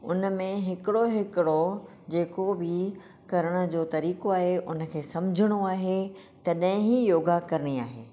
उन में हिकड़ो हिकड़ो जेको बि करण जो तरीक़ो आहे हुन खे समझणो आहे तॾहिं ई योगा करणी आहे